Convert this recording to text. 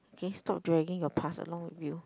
can you stop dragging your past along with you